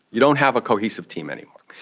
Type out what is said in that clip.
you don't have a cohesive team anymore.